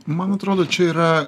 man atrodo čia yra